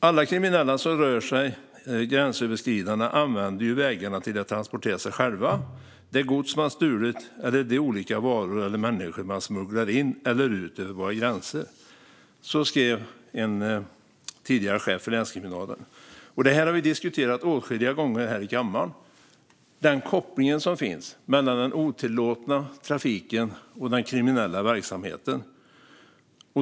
Alla kriminella som rör sig gränsöverskridande använder vägarna till att transportera sig själva, det gods som man har stulit eller de olika varor och människor man smugglar in eller ut över våra gränser. Så skrev alltså en tidigare chef för länskriminalen. Det här har vi diskuterat åtskilliga gånger här i kammaren. Det handlar om den koppling som finns mellan den otillåtna trafiken och den kriminella verksamheten.